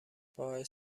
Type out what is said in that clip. باعث